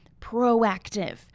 proactive